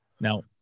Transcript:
Now